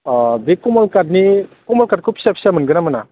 अ बे कमल कातनि कमल कातखौ फिसा फिसा मोनगोन ना मोना